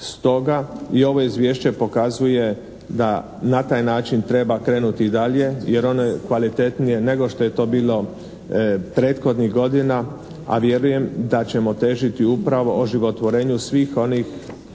i ovo izvješće pokazuje da na taj način treba krenuti dalje jer ono je kvalitetnije nego što je to bilo prethodnih godina a vjerujem da ćemo težiti upravo oživotvorenju svih onih